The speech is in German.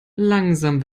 langsam